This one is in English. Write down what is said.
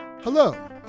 Hello